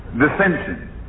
dissension